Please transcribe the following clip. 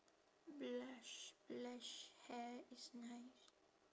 blush blush hair is nice